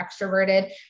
extroverted